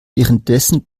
währenddessen